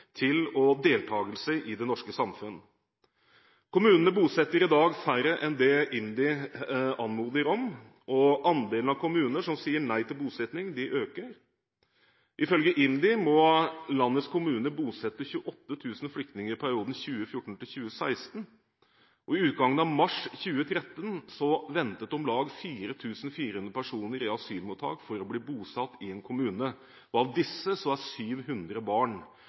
og deltakelse i det norske samfunn. Kommunene bosetter i dag færre enn det IMDi anmoder om, og andelen kommuner som sier nei til bosetting, øker. Ifølge IMDi må landets kommuner bosette 28 000 flyktninger i perioden 2014–2016. I utgangen av mars 2013 ventet om lag 4 400 personer i asylmottak for å bli bosatt i en kommune. Av disse er 700 barn.